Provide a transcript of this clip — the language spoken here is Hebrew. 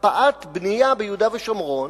הקפאת בנייה ביהודה ושומרון,